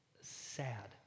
sad